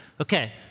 Okay